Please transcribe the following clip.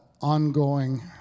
ongoing